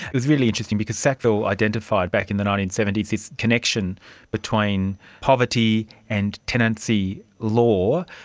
really interesting because sackville identified back in the nineteen seventy s this connection between poverty and tenancy law.